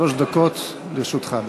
שלוש דקות לרשותך.